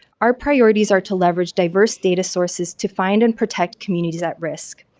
our priorities are to leverage diverse data sources to find and protect communities at risk.